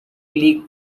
league